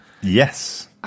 Yes